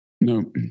No